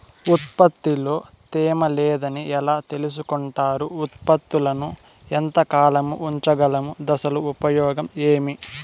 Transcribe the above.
ఉత్పత్తి లో తేమ లేదని ఎలా తెలుసుకొంటారు ఉత్పత్తులను ఎంత కాలము ఉంచగలము దశలు ఉపయోగం ఏమి?